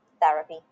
therapy